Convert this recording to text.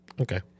Okay